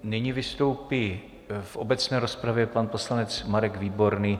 Nyní vystoupí v obecné rozpravě pan poslanec Marek Výborný.